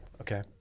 Okay